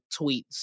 tweets